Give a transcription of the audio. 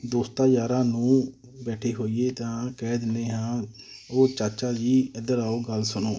ਦੋਸਤਾਂ ਯਾਰਾਂ ਨੂੰ ਬੈਠੇ ਹੋਈਏ ਤਾਂ ਕਹਿ ਦਿੰਦੇ ਹਾਂ ਉਹ ਚਾਚਾ ਜੀ ਇੱਧਰ ਆਓ ਗੱਲ ਸੁਣੋ